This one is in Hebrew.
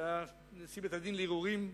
שהיה נשיא בית-הדין הצבאי לערעורים.